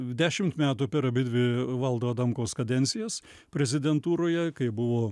dešimt metų per abidvi valdo adamkaus kadencijas prezidentūroje kai buvo